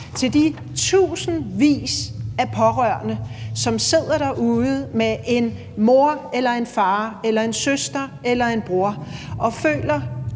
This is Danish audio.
til de tusindvis af pårørende, som sidder derude med en mor eller en far eller en søster eller en bror og føler